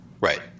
Right